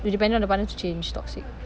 you depend on the partner to change toxic